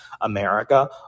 America